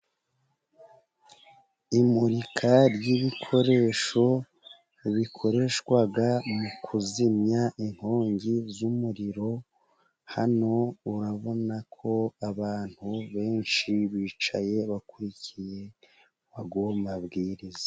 Imurika ry'ibikoresho bikoreshwa mu kuzimya inkongi y'umuriro. Hano urabona ko abantu benshi bicaye bakurikiye ayo mabwiriza.